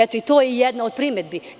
Eto, to je i jedna od primedbi.